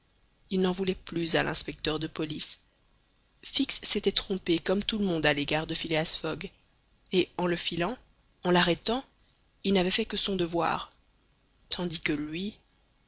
il n'en voulait plus à l'inspecteur de police fix s'était trompé comme tout le monde à l'égard de phileas fogg et en le filant en l'arrêtant il n'avait fait que son devoir tandis que lui